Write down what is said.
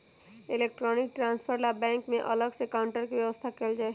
electronic transfer ला bank में अलग से काउंटर के व्यवस्था कएल हई